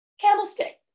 Candlestick